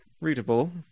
readable